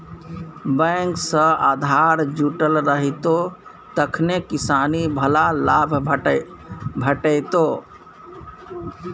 bank सँ आधार जुटल रहितौ तखने किसानी बला लाभ भेटितौ